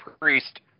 priest